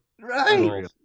Right